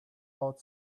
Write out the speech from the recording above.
out